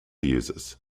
users